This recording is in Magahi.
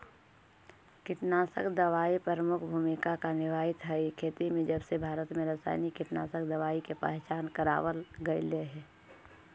कीटनाशक दवाई प्रमुख भूमिका निभावाईत हई खेती में जबसे भारत में रसायनिक कीटनाशक दवाई के पहचान करावल गयल हे